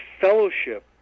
fellowship